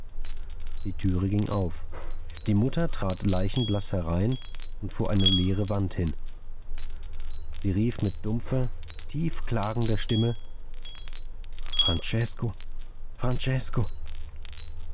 die türe ging auf die mutter trat leichenblaß herein und vor eine leere wand hin sie rief mit dumpfer tief klagender stimme francesko francesko